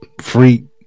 free